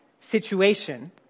situation